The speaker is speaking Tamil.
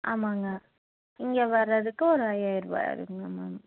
ஆமாங்க இங்கே வர்றதுக்கு ஒரு ஐயாயிரம் ரூபா ஆகிடுங்க மேம்